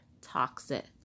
toxic